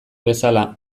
bezala